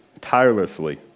tirelessly